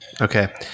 Okay